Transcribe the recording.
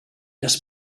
les